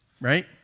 right